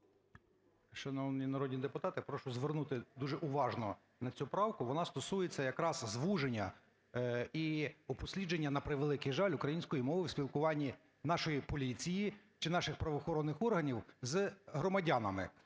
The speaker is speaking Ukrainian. Шановні народні депутати, прошу звернути дуже уважно на цю правку. Вона стосується якраз звуження і упослідження, на превеликий жаль, української мови у спілкуванні нашої поліції чи наших правоохоронних органів з громадянами.